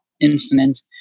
incident